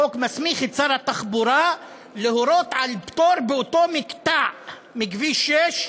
החוק מסמיך את שר התחבורה להורות על פטור באותו מקטע בכביש 6,